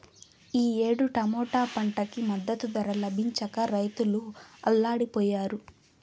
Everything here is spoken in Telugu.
ఈ ఏడు టమాటా పంటకి మద్దతు ధర లభించక రైతులు అల్లాడిపొయ్యారు